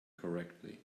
correctly